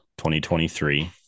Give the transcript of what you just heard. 2023